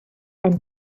and